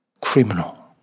criminal